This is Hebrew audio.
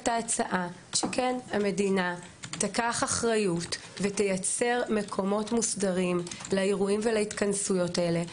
שהמדינה תיקח אחריות ותייצר מקומות מוסדרים לאירועים ולהתכנסויות האלה,